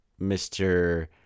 mr